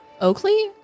Oakley